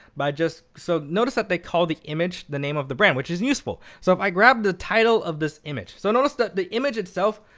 but so notice that they call the image the name of the brand, which is useful. so if i grab the title of this image so notice that the image itself,